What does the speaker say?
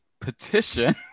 Petition